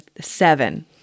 Seven